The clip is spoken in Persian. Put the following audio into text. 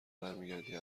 برمیگردی